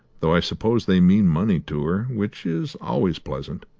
though i suppose they mean money to her, which is always pleasant.